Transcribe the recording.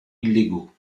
illégaux